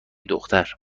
دختر